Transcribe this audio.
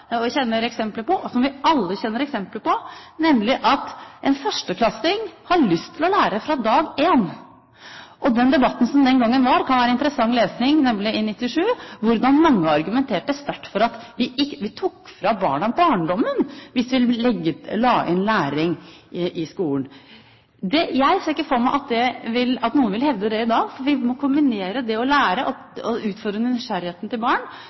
kjenner eksempler på, og som vi alle kjenner eksempler på – at en førsteklassing har lyst til å lære fra dag én. Den debatten som var den gangen, i 1997, kan være interessant lesning. Mange argumenterte sterkt med at vi tok fra barna barndommen hvis vi la inn læring i skolen. Jeg ser ikke for meg at noen vil hevde det i dag, for vi må kombinere det å lære med å utfordre nysgjerrigheten til barn,